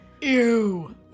ew